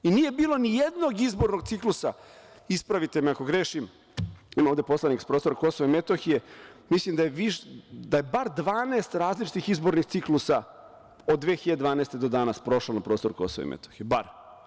Nije bilo ni jednog izbornog ciklusa, ispravite me ako grešim, ima ovde poslanika sa prostora KiM, mislim da je bar 12 različitih izbornih ciklusa od 2012. godine do danas prošlo na prostoru KiM, bar.